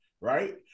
right